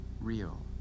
real